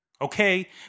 Okay